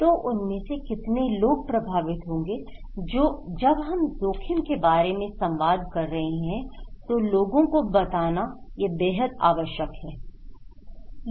तो उनमें से कितने लोग प्रभावित होंगे जब हम जोखिम के बारे में संवाद कर रहे हैं तो लोगों को बताना बेहद आवश्यक है